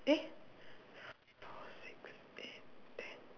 eh two four six eight ten